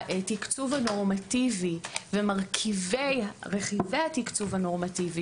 התקצוב הנורמטיבי ורכיבי התקצוב הנורמטיבי